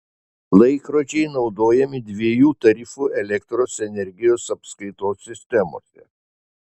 laikrodžiai naudojami dviejų tarifų elektros energijos apskaitos sistemose